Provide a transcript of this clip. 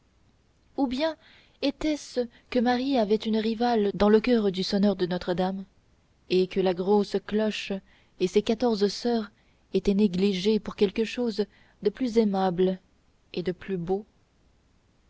ou bien était-ce que marie avait une rivale dans le coeur du sonneur de notre-dame et que la grosse cloche et ses quatorze soeurs étaient négligées pour quelque chose de plus aimable et de plus beau